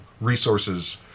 resources